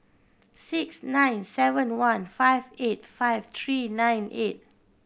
six nine seven one five eight five three nine eight